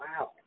wow